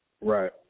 Right